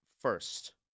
first